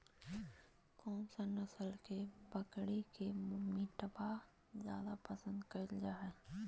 कौन सा नस्ल के बकरी के मीटबा जादे पसंद कइल जा हइ?